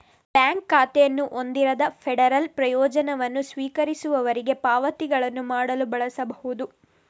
bank ಖಾತೆಯನ್ನು ಹೊಂದಿರದ federal ಪ್ರಯೋಜನವನ್ನು ಸ್ವೀಕರಿಸುವವರಿಗೆ ಪಾವತಿಗಳನ್ನು ಮಾಡಲು ಬಳಸಬಹುದು